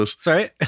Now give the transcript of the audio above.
Sorry